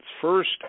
first